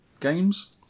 games